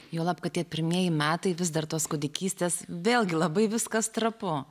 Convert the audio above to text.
juolab kad tie pirmieji metai vis dar tos kūdikystės vėlgi labai viskas trapu